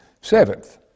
Seventh